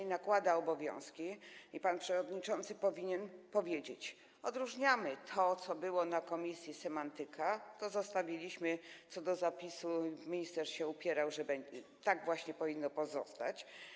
i nakłada obowiązki, to pan przewodniczący powinien powiedzieć: odróżniamy to, co było na komisji, to semantyka, to zostawiliśmy, co do zapisu minister się upierał, że tak właśnie powinno pozostać.